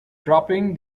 dropping